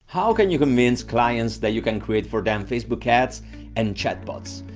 how can you convince clients, that you can create for them facebook ads and chat bots.